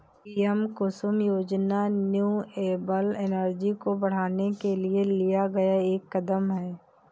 PM Kusum योजना renewable energy को बढ़ाने के लिए लिया गया एक कदम है